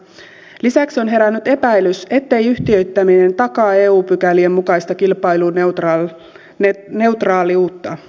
lisäksi on herännyt epäilys ettei yhtiöittäminen takaa eu pykälien mukaista kilpailuneutraaliutta